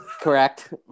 Correct